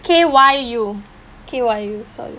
K Y U U K Y U U sorry